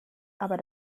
aber